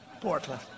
Portland